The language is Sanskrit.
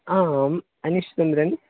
अहम् अनीशः सुन्दरन्